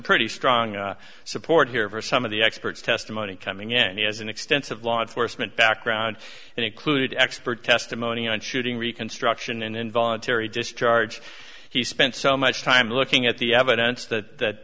pretty strong support here for some of the experts testimony coming in he has an extensive law enforcement background and include expert testimony on shooting reconstruction and involuntary discharge he spent so much time looking at the evidence that th